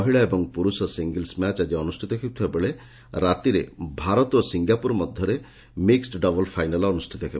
ମହିଳା ଓ ପୁରୁଷ ସିଙ୍ଗଲ ମ୍ୟାଚ ଆଜି ଅନୁଷିତ ହେଉଥିବାବେଳେ ରାତିରେ ଭାରତ ଓ ସିଙ୍ଙାପୁର ଦଳ ମଧ୍ଧରେ ମିକ୍ ଡବଲ ଫାଇନାଲ ଅନୁଷ୍ଷିତ ହେବ